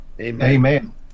Amen